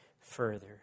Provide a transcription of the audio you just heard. further